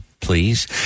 please